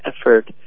effort